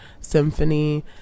symphony